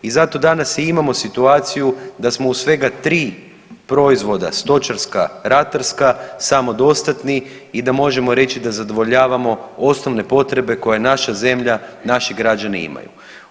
I zato danas i imamo situaciju da smo u svega 3 proizvoda stočarska, ratarska samodostatni i da možemo reći da zadovoljavamo osnovne potrebe koje naša zemlja i naši građani imaju.